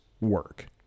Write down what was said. work